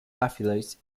affiliates